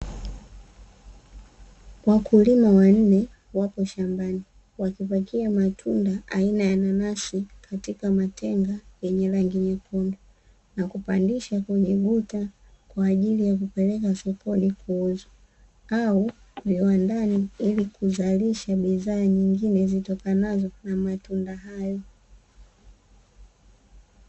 Wakulima wanne wapo shambani, wakipakia matunda aina ya nanasi katika matenga yenye rangi nyekundu, na kupandisha kwenye guta kwa ajili ya kupeleka sokoni kuuzwa, au viwandani ili kuzalisha bidhaa nyingine zitokanazo na matunda hayo.